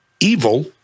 evil